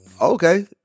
okay